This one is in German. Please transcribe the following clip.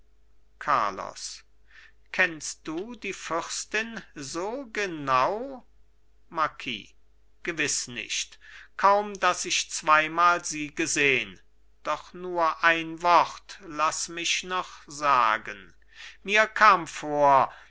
carlos kennst du die fürstin so genau marquis gewiß nicht kaum daß ich zweimal sie gesehn doch nur ein wort laß mich noch sagen mir kam vor